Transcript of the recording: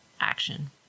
action